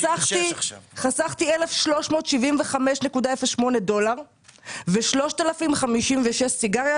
חסכתי 1,375.08 דולר -3,056 סיגריות.